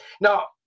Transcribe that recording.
Now